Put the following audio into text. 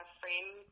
frame